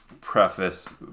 preface